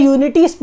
Unity